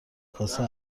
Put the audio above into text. کاسه